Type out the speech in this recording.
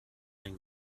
den